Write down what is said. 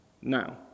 now